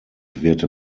wird